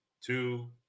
two